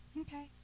Okay